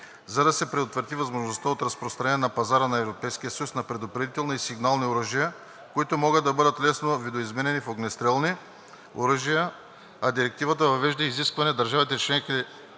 за да се предотврати възможността от разпространение на пазара на Европейския съюз на предупредителни и сигнални оръжия, които могат да бъдат лесно видоизменени в огнестрелни оръжия. Директивата въвежда изискване държавите членки